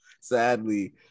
sadly